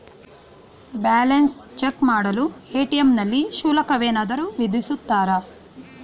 Balance check ಮಾಡಲು ATM ನಲ್ಲಿ ಶುಲ್ಕವೇನಾದರೂ ವಿಧಿಸುತ್ತಾರಾ?